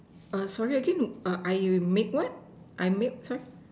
err sorry again I make what I make